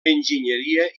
enginyeria